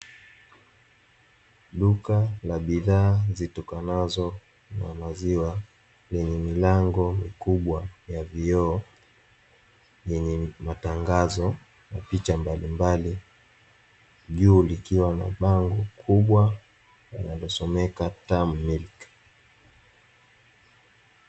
Duka la bidhaa zitokanazo na maziwa, lenye milango mikubwa ya vioo, yenye matangazo na picha mbali mbali juu likiwa na bango kubwa linalosomeka “TAMU MILK.”